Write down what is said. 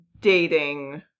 dating